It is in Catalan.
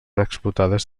explotades